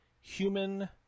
Human